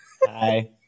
Hi